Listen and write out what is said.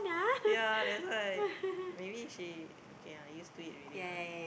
ya that's why maybe she okay ya used to it already lah